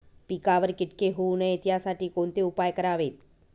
पिकावर किटके होऊ नयेत यासाठी कोणते उपाय करावेत?